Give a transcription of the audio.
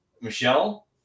Michelle